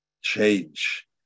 change